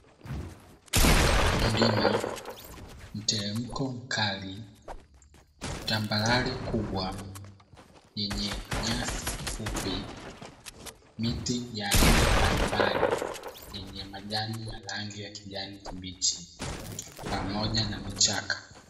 Mlima, mteremko mkali, tambarare kubwa yenye nyasi fupi, miti ya aina mbalimbali yenye majani ya rangi ya kijani kibichi pamoja na vichaka.